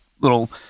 little